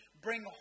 bring